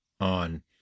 on